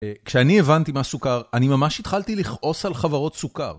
כשאני הבנתי מה סוכר, אני ממש התחלתי לכעוס על חברות סוכר.